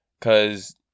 cause